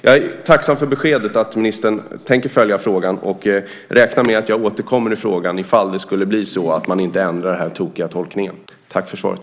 Jag är tacksam för beskedet att ministern tänker följa frågan, och jag räknar med att jag återkommer i frågan om man inte ändrar denna tokiga tolkning. Tack för svaret.